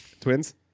twins